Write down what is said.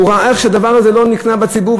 הוא ראה איך הדבר הזה לא נקנה בציבור,